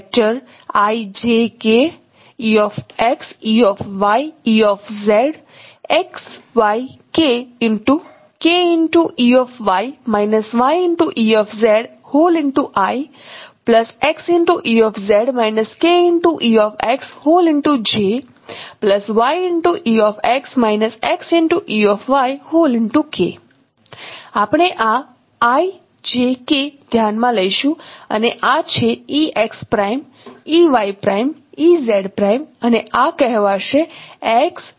આપણે આ i j k ધ્યાનમાં લઈશું અને આ છે e x prime e y prime e z prime અને આ કહેવાશે x y k